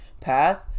path